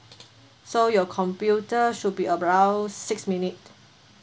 so your computer should be around six minute